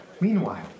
Meanwhile